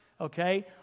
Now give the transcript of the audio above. okay